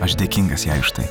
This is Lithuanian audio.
aš dėkingas jai už tai